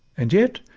and yet,